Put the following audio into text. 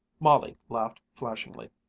molly laughed flashingly.